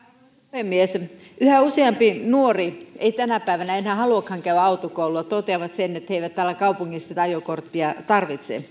puhemies yhä useampi nuori ei tänä päivänä enää haluakaan käydä autokoulua toteavat sen etteivät täällä kaupungissa sitä ajokorttia tarvitse